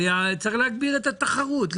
הרי צריך להגביר את התחרות.